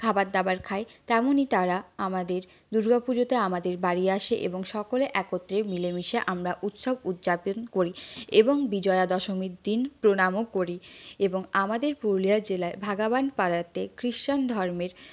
খাবার দাবার খাই তেমনই তারা আমাদের দুর্গাপুজোতে আমাদের বাড়ি আসে এবং সকলে একত্রে মিলেমিশে আমরা উৎসব উদযাপন করি এবং বিজয়া দশমীর দিন প্রণামও করি এবং আমাদের পুরুলিয়া জেলার ভাগাবান পাড়াতে খ্রিষ্টান ধর্মের